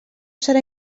serà